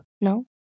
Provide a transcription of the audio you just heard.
No